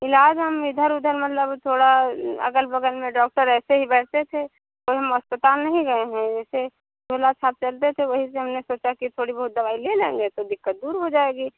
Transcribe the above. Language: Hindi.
इलाज हम इधर उधर मतलब थोड़ा अगल बगल में डॉक्टर ऐसे ही बैठते थे तो हम अस्पताल नहीं गए हैं ऐसे झोला छाप चलते थे वही से हमने सोचा कि थोड़ी बहुत दवाई ले लेंगे तो दिक्कत दूर हो जाएगी